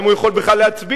האם הוא יכול בכלל להצביע,